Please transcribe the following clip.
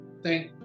Thank